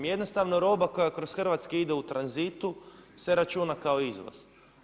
Jednostavno roba koja kroz Hrvatsku ide u tranzitu se računa kao izvoz.